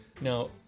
now